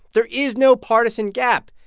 there is no partisan gap.